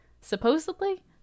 supposedly